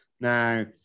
Now